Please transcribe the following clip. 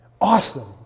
Awesome